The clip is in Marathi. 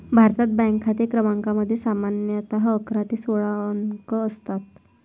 भारतात, बँक खाते क्रमांकामध्ये सामान्यतः अकरा ते सोळा अंक असतात